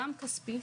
גם כספי,